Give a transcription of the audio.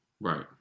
Right